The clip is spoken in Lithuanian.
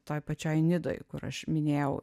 toje pačioj nidoj kur aš minėjau